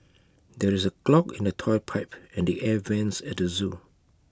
there is A clog in the Toilet Pipe and the air Vents at the Zoo